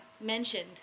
mentioned